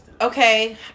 Okay